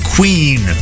Queen